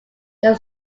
there